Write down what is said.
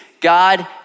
God